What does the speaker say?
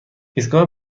ایستگاه